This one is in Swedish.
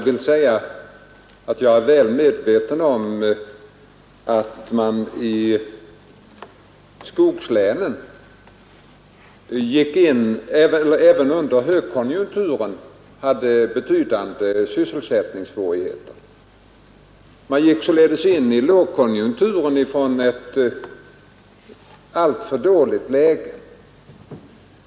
Herr talman! Jag är mycket väl medveten om att man i skogslänen även under högkonjunkturen hade betydande sysselsättningssvårigheter. Man gick således in i lågkonjunkturen ifrån ett alltför dåligt läge.